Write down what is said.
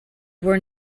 were